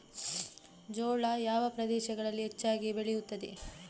ಜೋಳ ಯಾವ ಪ್ರದೇಶಗಳಲ್ಲಿ ಹೆಚ್ಚಾಗಿ ಬೆಳೆಯುತ್ತದೆ?